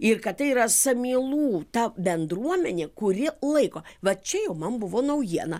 ir kad tai yra samylų ta bendruomenė kuri laiko vat čia jau man buvo naujiena